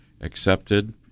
accepted